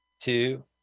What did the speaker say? Two